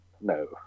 no